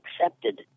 accepted